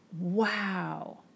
wow